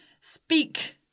Speak